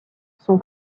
son